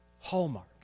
Hallmark